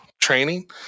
training